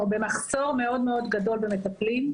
מחסור מאוד גדול במטפלים,